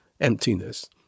emptiness